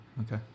Okay